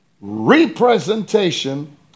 representation